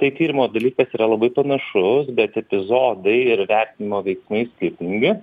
tai tyrimo dalykas yra labai panašus bet epizodai ir vertinimo veiksniai skirtingi